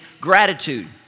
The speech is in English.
gratitude